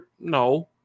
No